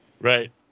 Right